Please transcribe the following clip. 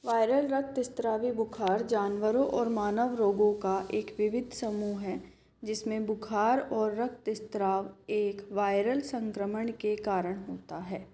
viral रक्तस्रावी बुख़ार जानवरों और मानव रोगों का एक विविध समूह है जिस में बुख़ार और रक्तस्राव एक वायरल संक्रमण के कारण होता है